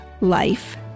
life